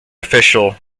official